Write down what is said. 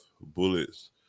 bullets